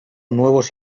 nuevos